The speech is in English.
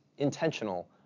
Intentional